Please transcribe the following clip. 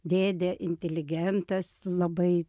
dėdė inteligentas labai